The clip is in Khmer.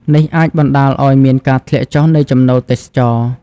នេះអាចបណ្តាលឱ្យមានការធ្លាក់ចុះនៃចំណូលទេសចរណ៍។